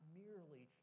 merely